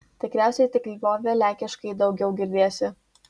tikriausiai tik lvove lenkiškai daugiau girdėsi